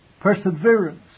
perseverance